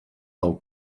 del